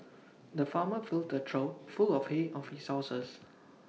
the farmer filled A trough full of hay of his horses